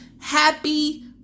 happy